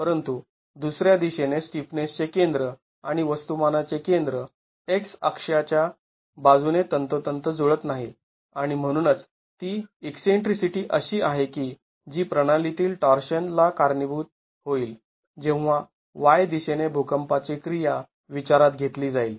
परंतु दुसर्या दिशेने स्टिफनेसचे केंद्र आणि वस्तुमानाचे केंद्र x अक्षा च्या बाजूने तंतोतंत जुळत नाही आणि म्हणूनच ती ईकसेंट्रीसिटी अशी आहे की जी प्रणाली तील टॉर्शन ला कारणीभुत होईल जेव्हा y दिशेने भूकंपाची क्रिया विचारात घेतली जाईल